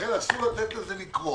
לכן אסור לתת לה לקרות.